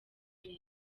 neza